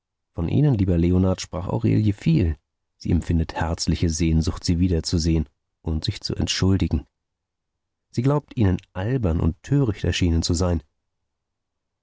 von ihnen lieber leonard sprach aurelie viel sie empfindet herzliche sehnsucht sie wiederzusehen und sich zu entschuldigen sie glaubt ihnen albern und töricht erschienen zu sein